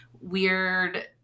weird